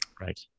right